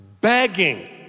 begging